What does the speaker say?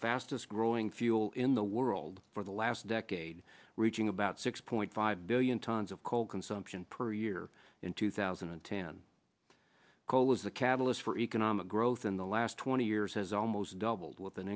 fastest growing fuel in the world for the last decade reaching about six point five billion tons of coal consumption per year in two thousand and ten coal is the catalyst for economic growth in the last twenty years has almost doubled with an